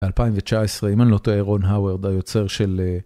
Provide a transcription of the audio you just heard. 2019 אם אני לא טועה רון הווארד היוצר של.